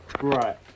Right